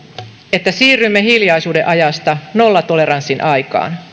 että siirrymme hiljaisuuden ajasta nollatoleranssin aikaan